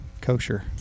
kosher